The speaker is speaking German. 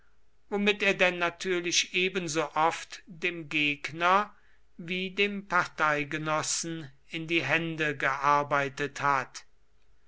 womit er denn natürlich ebensooft dem gegner wie dem parteigenossen in die hände gearbeitet hat